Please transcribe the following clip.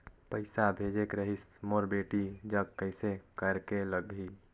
पइसा भेजेक रहिस मोर बेटी जग कइसे करेके लगही?